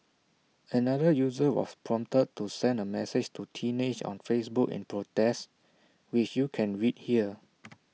another user was prompted to send A message to teenage on Facebook in protest which you can read here